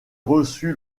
reçut